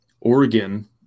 Oregon